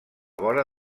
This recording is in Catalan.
vora